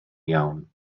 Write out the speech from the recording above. iawn